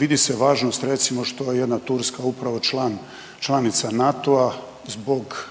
vidi se važnost recimo što je jedna Turska upravo član, članica NATO-a zbog